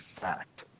fact